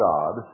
God